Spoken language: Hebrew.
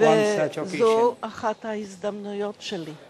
אחת ההזדמנויות שלי.